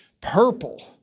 Purple